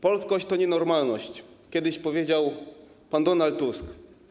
Polskość to nienormalność - kiedyś powiedział pan Donald Tusk.